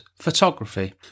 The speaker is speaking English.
photography